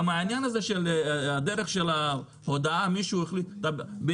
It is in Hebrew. גם העניין הזה של הדרך של ההודעה ואת זה שמישהו החליט.